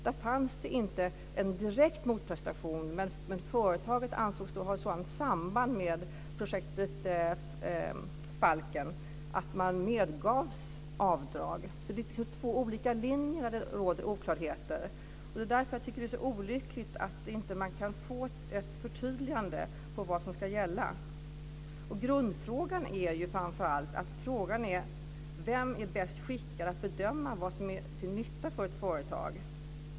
Där fanns det inte en direkt motprestation, men företaget ansågs ha ett sådan samband med projektet Falken att man medgavs avdrag. Det är två olika linjer där det finns oklarheter. Det är därför jag tycker att det är så olyckligt att man inte kan få ett förtydligande av vad som ska gälla. Grundfrågan är framför allt vem som är bäst skickad att bedöma vad som är till nytta för ett företag.